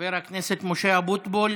חבר הכנסת משה אבוטבול,